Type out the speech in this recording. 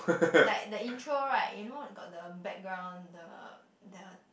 like the intro right you know got the background the the